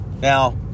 now